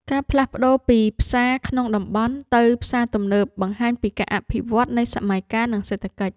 ការផ្លាស់ប្តូរពីផ្សារក្នុងតំបន់ទៅផ្សារទំនើបបង្ហាញពីការអភិវឌ្ឍនៃសម័យកាល និងសេដ្ឋកិច្ច។